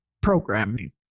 programming